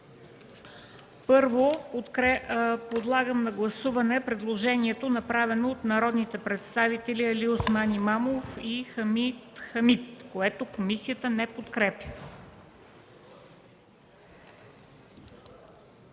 Първо, подлагам на гласуване предложението, направено от народните представители Алиосман Имамов и Хамид Хамид, което комисията не подкрепя.